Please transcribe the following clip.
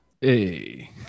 Hey